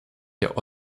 der